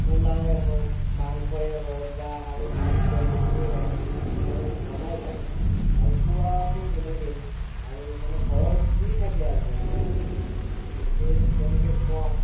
পোলাওৱে হওক মাংসই হওক বা আৰু আন কিবা বস্তুৱে হওক মই বনাই ভাল পাওঁ আৰু খুউৱাটো বেলেগেই আৰু মানে ঘৰত যি থাকে আৰু মানে সেই তেনেকে খুৱাওঁ